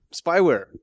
Spyware